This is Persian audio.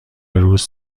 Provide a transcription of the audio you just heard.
روز